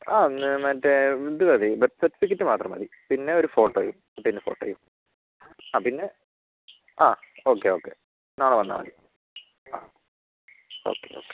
ആ മറ്റേ ഇത് മതി ബർത്ത് സർട്ടിഫിക്കറ്റ് മാത്രം മതി പിന്നെ ഒരു ഫോട്ടോയും പിന്നെ ഫോട്ടോയും ആ പിന്നെ ആ ഓക്കെ ഓക്കെ നാളെ വന്നാൽ മതി ആ ഓക്കെ ഓക്കെ